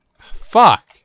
Fuck